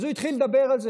שום דבר לא עזר.